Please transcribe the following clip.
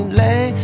lay